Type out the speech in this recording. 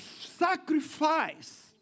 sacrifice